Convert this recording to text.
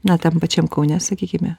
ne tam pačiam kaune sakykime